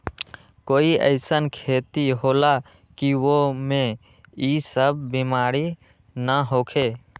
कोई अईसन खेती होला की वो में ई सब बीमारी न होखे?